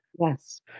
Yes